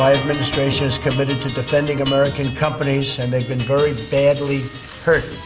administration is committed to defending american companies and they've been very badly hurt.